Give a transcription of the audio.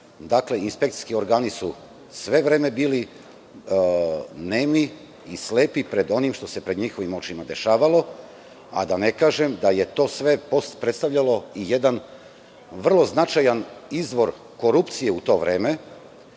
Inspekcijski organi su sve vreme bili nemi i slepi pred onim što se pred njihovim očima dešavalo, a da ne kažem da je to sve predstavljalo i jedan vrlo značajan izvor korupcije u to vreme,